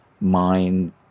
mind